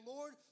Lord